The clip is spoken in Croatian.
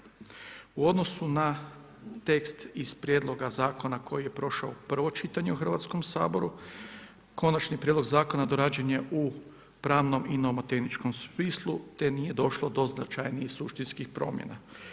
U odnosu na tekst iz prijedloga zakona koji je prošao prvo čitanje u Hrvatskom saboru, Konačni prijedlog Zakona dorađen je u pravnom i nomotehničkom smislu te nije došlo do značajnijih suštinskih promjena.